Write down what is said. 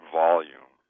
volume